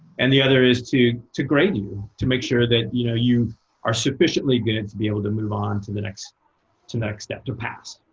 and the other is to to grade you, to make sure that you know you are sufficiently good to be able to move on to the next to the next step to pass.